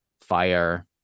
fire